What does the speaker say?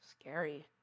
Scary